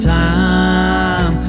time